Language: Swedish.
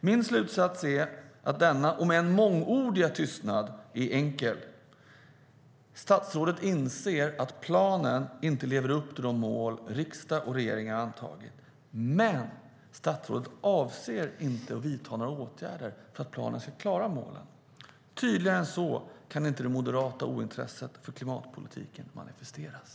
Min slutsats av denna om än mångordiga tystnad är att statsrådet helt enkelt inser att planen inte lever upp till de mål som riksdag och regering har antagit men att statsrådet inte avser att vidta några åtgärder för att planen ska klara målen. Tydligare än så kan inte det moderata ointresset för klimatpolitiken manifesteras.